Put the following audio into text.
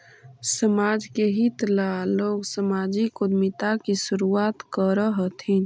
समाज के हित ला लोग सामाजिक उद्यमिता की शुरुआत करअ हथीन